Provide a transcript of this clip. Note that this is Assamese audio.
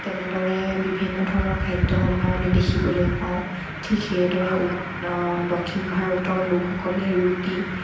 তেনেদৰে বিভিন্ন ধৰণৰ খাদ্য সম্ভাৰ আমি দেখিবলৈ পাওঁ ঠিক সেইদৰে উত দক্ষিণ ভাৰতৰ লোকসকলে ৰুটি